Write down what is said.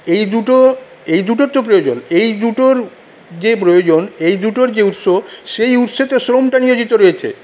এই দুটো এই দুটোর তো প্রয়োজন এই দুটোর যে প্রয়োজন এই দুটোর যে উৎস সেই উৎসতে শ্রমটা নিয়োজিত রয়েছে